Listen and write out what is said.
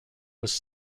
was